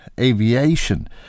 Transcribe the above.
Aviation